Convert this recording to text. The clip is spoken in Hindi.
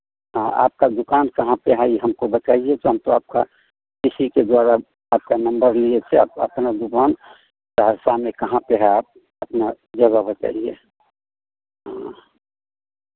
हाँ आपका दुकान कहाँ पे है ये हमको बताइए तो हम तो आपका किसी के द्वारा आपका नंबर लिए थे अपना दुकान सहरसा में कहाँ पे है आप अपना जगह बताइए हाँ